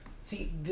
See